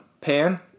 pan